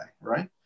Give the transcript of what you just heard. right